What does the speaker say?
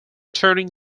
turning